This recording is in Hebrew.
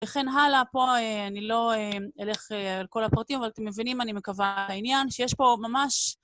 וכן הלאה, פה אני לא אלך על כל הפרטים, אבל אתם מבינים, אני מקווה העניין, שיש פה ממש...